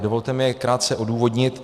Dovolte mi je krátce odůvodnit.